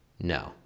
No